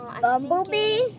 Bumblebee